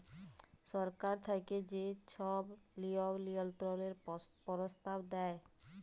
সরকার থ্যাইকে যে ছব লিয়ম লিয়ল্ত্রলের পরস্তাব দেয়